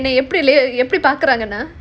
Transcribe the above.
எப்படி தாக்குறாங்கன்னா:eppadi thaakuraanganaa